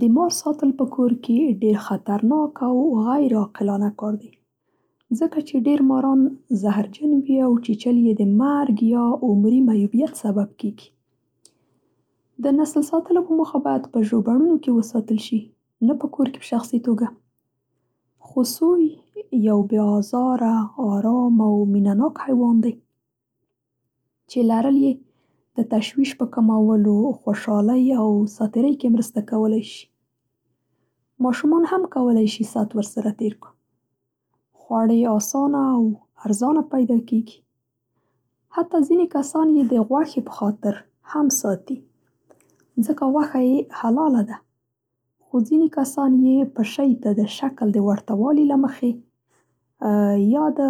د مار ساتل په کور کې ډېر خطرناک او غیر عاقلانه کار دی، ځکه چې ډېری ماران زهرجن وي او چیچل یې د مرګ او دایمي معیوبیت سبب کېږي. د نسل ساتلو په موخه باید په ژوبڼونو کې وساتل شي نه په کور کې په شخصي توګه. خو سوی یو بې ازاره، ارام او مینه ناک حیوان دی، چې لرل یې د .تشویش په کمولو، خوشحالۍ او ساتېرۍ کې مرسته کولی شي. ماشومان هم کولی شي سات ورسره تېر کا. خواړه یې اسانه او ارزانه پیدا کېږي. حتی ځینې کسان یې د غوښې په خاطر هم ساتي، ځکه غوښه یې حلاله ده، خو ځینې کسان یې پشۍ ته د شکل د ورته والي له مخې یا د